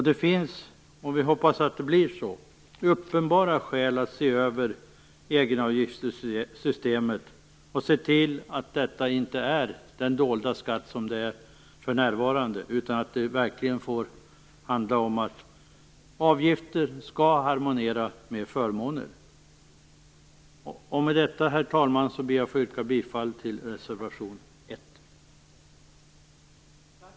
Det finns uppenbara skäl att se över egenavgiftssystemet - och vi hoppas att så sker - och att se till att det inte är fråga om en dold skatt, som det ju för närvarande är. I stället måste det verkligen få handla om att avgifter skall harmoniera med förmåner. Herr talman! Med detta yrkar jag bifall till reservation 1.